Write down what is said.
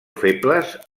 febles